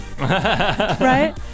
Right